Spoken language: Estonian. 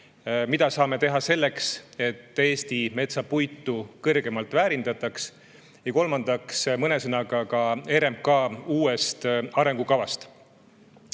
mida saame teha, et Eesti metsapuitu kõrgemalt väärindataks, ja kolmandaks mõne sõnaga ka RMK uuest arengukavast. Head